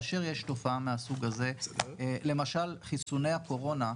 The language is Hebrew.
כאשר יש תופעה מהסוג הזה, למשל חיסוני הקורונה,